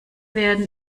werden